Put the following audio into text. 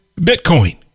Bitcoin